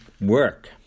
work